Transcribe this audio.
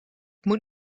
moet